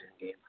game